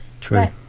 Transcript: true